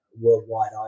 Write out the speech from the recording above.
worldwide